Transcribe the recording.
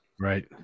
right